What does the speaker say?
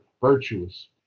virtuous